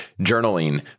journaling